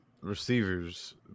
receivers